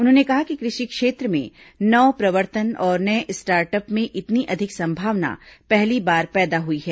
उन्होंने कहा कि कृषि क्षेत्र में नव प्रवर्तन और नये स्टार्टअप में इतनी अधिक संभावना पहली बार पैदा हुई है